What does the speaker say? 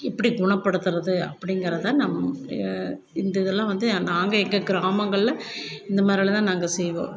எப்படி குணப்படுத்துகிறது அப்படிங்கறத நம் இந்த இதல்லாம் வந்து நாங்கள் எங்கள் கிராமங்களில் இந்தமாதிரி எல்லாம் நாங்கள் செய்வோம்